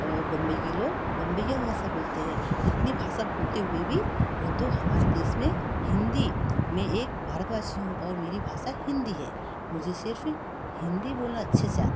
और बम्बई के लोग बम्बईया भाषा बोलते हैं इतनी भाषा होते हुए भी परंतु हमारे देश में हिंदी मैं एक भारतवासी हूँ और मेरी भाषा हिंदी है मुझे सिर्फ़ हिंदी बोलना अच्छे से आता है